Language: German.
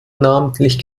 namentlich